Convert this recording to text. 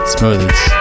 Smoothies